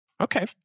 Okay